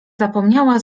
zapomniała